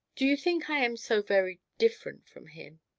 do you think i am so very different from him?